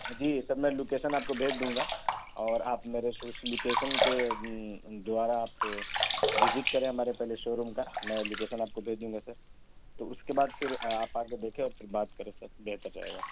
جی sir میں location آپ کو بھیج دوں گا اور آپ میرے اس لوکیشن کے دوارا آپ وزٹ کریں ہمارے پہلے شو روم کا میں لوکیشن آپ کو بھیج دوں گا سر تو اس کے بعد پھر آپ آ کے دیکھے اور پھر بات کرے سر بہتر رہے گا